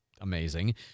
amazing